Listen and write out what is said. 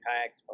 kayaks